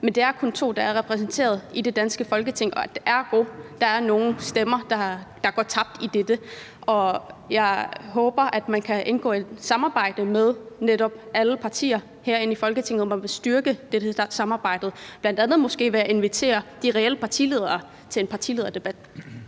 men der er kun to, der er repræsenteret i det danske Folketing, ergo er der nogle stemmer, der går tabt ved dette. Jeg håber, at man kan indgå et samarbejde med alle partier herinde i Folketinget om netop at styrke samarbejdet, måske bl.a. ved at invitere partilederne til en partilederdebat.